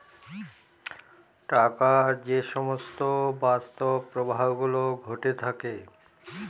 টাকার যে সমস্ত বাস্তব প্রবাহ গুলো ঘটে থাকে